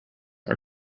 our